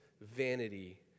vanity